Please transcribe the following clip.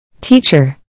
Teacher